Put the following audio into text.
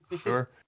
Sure